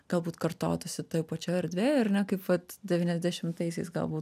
galbūt kartotųsi toj pačioj erdvėj ar ne kaip vat devyniasdešimtaisiais gal būt